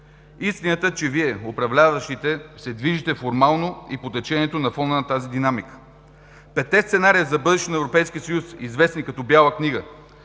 Истината е, че Вие, управляващите, се движите формално и по течението на фона на тази динамика. Петте сценария за бъдещето на Европейския съюз, известни като Бяла книга,